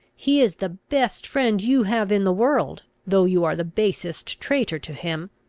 he is the best friend you have in the world, though you are the basest traitor to him.